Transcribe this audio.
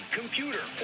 computer